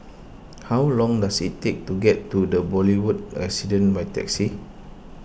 how long does it take to get to the Boulevard Residence by taxi